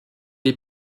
est